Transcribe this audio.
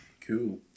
Cool